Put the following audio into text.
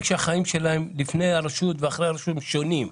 שהחיים שלהם לפני הרשות ואחרי הרשות הם שונים.